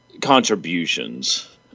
contributions